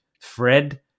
Fred